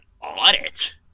audit –